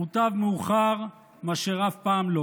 מוטב מאוחר מאשר אף פעם.